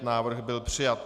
Návrh byl přijat.